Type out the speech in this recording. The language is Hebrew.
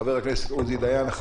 חבר הכנסת עוזי דיין, בבקשה.